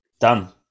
Done